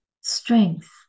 strength